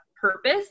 purpose